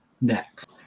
next